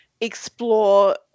explore